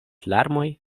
larmoj